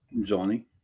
Johnny